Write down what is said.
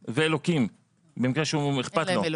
הוא ואלוקים במקרה שאכפת לו.